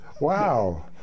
wow